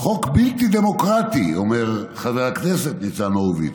חוק בלתי דמוקרטי, אומר חבר הכנסת ניצן הורוביץ,